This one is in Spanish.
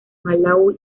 malaui